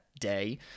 day